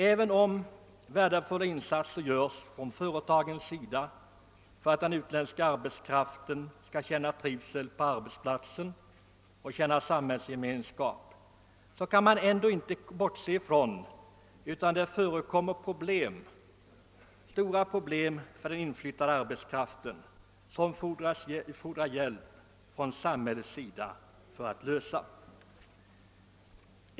Även om värdefulla insatser görs av företagen för att den utländska arbets kraften skall känna trivsel på arbetsplatsen och samhällsgemenskap kan man inte bortse från att det förekommer stora problem som samhället måste hjälpa till med att lösa.